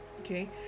okay